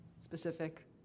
specific